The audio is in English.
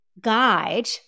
guide